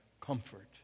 comfort